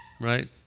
right